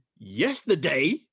yesterday